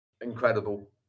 incredible